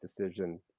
decision